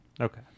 Okay